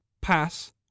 Pass